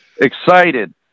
Excited